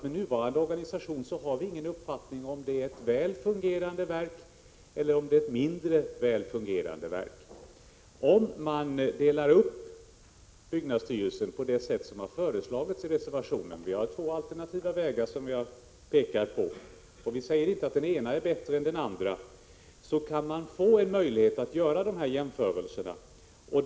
Med nuvarande organisation har vi ingen uppfattning i frågan, om det är ett väl fungerande verk eller ett mindre väl fungerande verk. Om man delar upp byggnadsstyrelsen på det sätt som har föreslagits i reservationen — vi har visat på två alternativa vägar, och vi säger inte att den ena är bättre än den andra — kan man få en möjlighet att göra en sådan jämförelse.